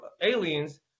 aliens